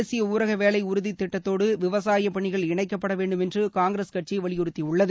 தேசிய ஊரக வேலை உறுதி திட்டத்தோடு விவசாய பணிகள் இணைக்கப்பட வேண்டும் என்று காங்கிரஸ் கட்சி வலியுறுத்தியுள்ளது